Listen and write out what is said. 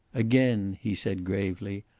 again, he said gravely,